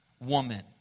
woman